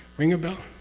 ring a bell?